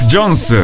Jones